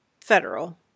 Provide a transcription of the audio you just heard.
Federal